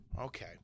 Okay